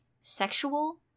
sexual